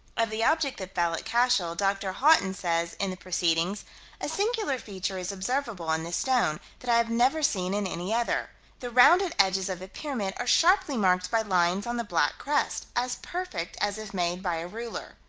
of the object that fell at cashel, dr. haughton says in the proceedings a singular feature is observable in this stone, that i have never seen in any other the rounded edges of the pyramid are sharply marked by lines on the black crust, as perfect as if made by a ruler.